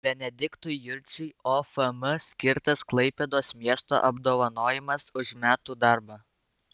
benediktui jurčiui ofm skirtas klaipėdos miesto apdovanojimas už metų darbą